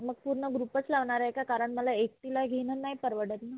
मग पूर्ण ग्रुपच लावणार आहे का कारण मला एकटीला घेणं नाही परवडत ना